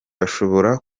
bashobora